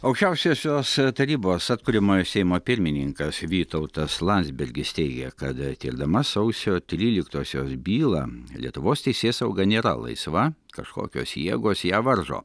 aukščiausiosios tarybos atkuriamojo seimo pirmininkas vytautas landsbergis teigia kad tirdama sausio tryliktosios bylą lietuvos teisėsauga nėra laisva kažkokios jėgos ją varžo